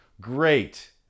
Great